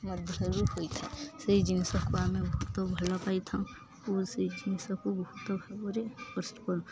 ଗଦ ବି ହୋଇଥାଏ ସେଇ ଜିନିଷକୁ ଆମେ ବହୁତ ଭଲ ପାଇଥାଉ ଓ ସେଇ ଜିନିଷକୁ ବହୁତ ଭାବରେ କଷ୍ଟ କରିଥାଉ